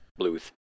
Bluth